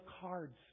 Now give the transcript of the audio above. cards